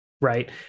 right